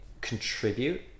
contribute